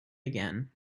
again